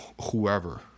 whoever